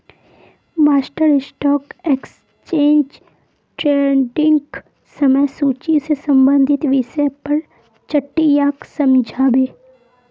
master stock exchange ट्रेडिंगक समय सूची से संबंधित विषय पर चट्टीयाक समझा बे